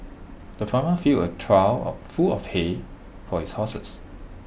the farmer filled A trough full of hay for his horses